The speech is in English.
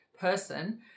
person